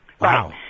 Wow